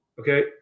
okay